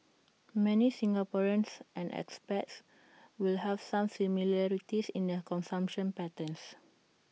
many Singaporeans and expats will have some similarities in their consumption patterns